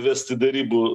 vesti derybų